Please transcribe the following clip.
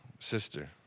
sister